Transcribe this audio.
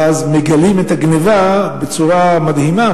ואז מגלים את הגנבה, בצורה מדהימה.